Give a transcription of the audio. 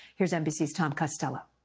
here's nbc's tom costello.